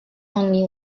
only